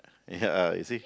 ya you see